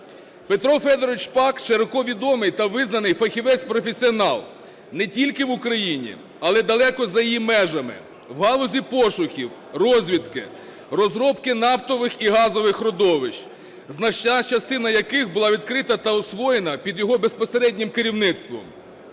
Петро Федорович Шпак широко відомий та визнаний фахівець-професіонал не тільки в Україні, але й далеко за її межами в галузі пошуків, розвідки, розробки нафтових і газових родовищ, значна частина яких була відкрита та освоєна під його безпосереднім керівництвом.